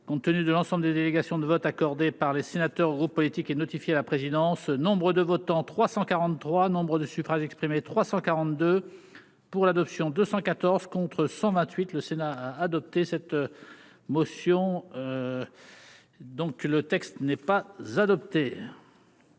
compte tenu de l'ensemble des délégations de vote accordé par les sénateurs groupes politique et la présidence nombre de votants 343 Nombre de suffrages exprimés 342 pour l'adoption 214 contre 128 le Sénat a adopté cette motion donc le texte n'est pas adopté.